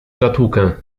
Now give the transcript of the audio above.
zatłukę